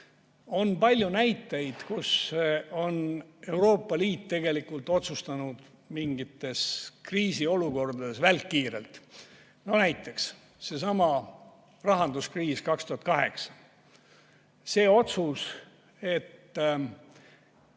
on palju näiteid, kus on Euroopa Liit otsustanud mingites kriisiolukordades välkkiirelt. Näiteks seesama rahanduskriis 2008, kui tehti otsus